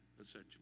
essentially